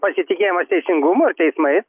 pasitikėjimas teisingumu ir teismais